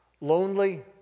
lonely